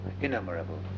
innumerable